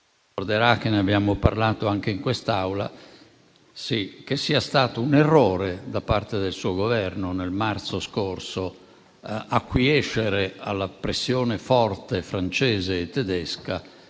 (ricorderà che ne abbiamo parlato anche in quest'Aula) che sia stato un errore da parte del suo Governo nel marzo scorso acquiescere alla pressione forte, francese e tedesca,